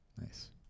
Nice